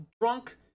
drunk